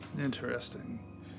Interesting